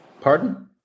Pardon